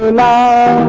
la